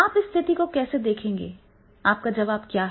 आप इस स्थिति को कैसे देखेंगे आपका जवाब क्या है